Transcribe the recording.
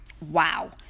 wow